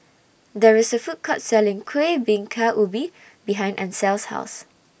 There IS A Food Court Selling Kuih Bingka Ubi behind Ancel's House